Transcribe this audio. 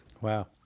Wow